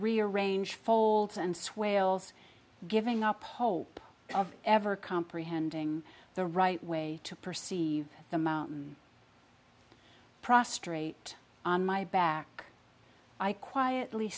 rearrange folds and swales giving up hope of ever comprehending the right way to perceive the mountain prostrate on my back i quietly